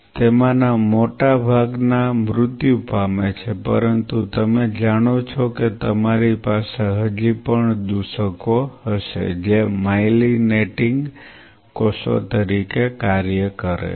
તેમાંના મોટા ભાગના મૃત્યુ પામે છે પરંતુ તમે જાણો છો કે તમારી પાસે હજી પણ દૂષકો હશે જે માયલિનેટિંગ કોષો તરીકે કાર્ય કરે છે